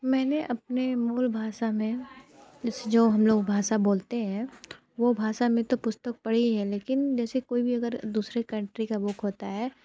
मैंने अपनी मूल भाषा में जो हम लोग भाषा बोलते हैं वो भाषा में तो पुस्तक पड़ी है लेकिन जैसे कोई भी अगर दूसरे कंट्री का बुक होता है